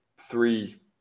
three